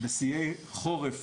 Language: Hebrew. השיאי חורף,